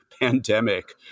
pandemic